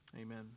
Amen